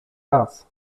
raz